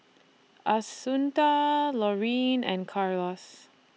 Assunta Laurene and Carlos